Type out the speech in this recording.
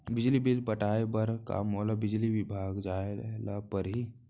बिजली बिल पटाय बर का मोला बिजली विभाग जाय ल परही?